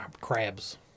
crabs